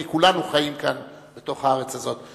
כי כולנו חיים כאן בתוך הארץ הזאת.